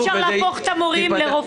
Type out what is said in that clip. אי-אפשר להפוך את המורים לרופאים.